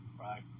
Right